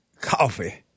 coffee